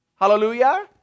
Hallelujah